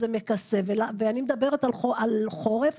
ואני מדברת על חורף,